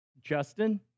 Justin